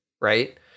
right